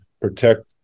protect